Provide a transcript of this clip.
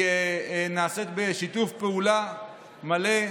היא נעשית בשיתוף פעולה מלא,